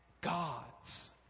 gods